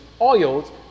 oils